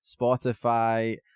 Spotify